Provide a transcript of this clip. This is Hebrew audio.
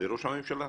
לראש הממשלה.